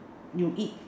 you eat